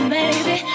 baby